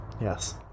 yes